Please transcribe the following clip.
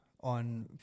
on